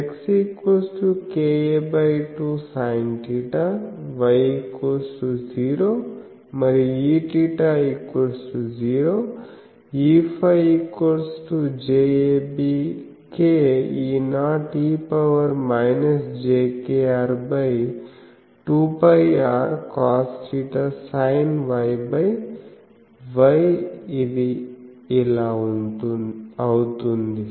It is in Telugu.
X ka2sinθ Y0 మరియు Eθ0EφjabkE0e jkr2πrcosθsinYY అది ఇలా అవుతుంది